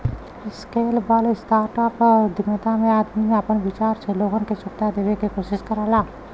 scalable startup उद्यमिता में आदमी आपन विचार से लोग के सुविधा देवे क कोशिश करला